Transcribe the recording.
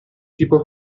tipo